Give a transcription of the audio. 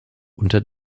unter